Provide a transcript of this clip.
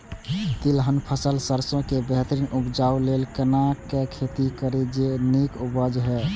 तिलहन फसल सरसों के बेहतरीन उपजाऊ लेल केना खेती करी जे नीक उपज हिय?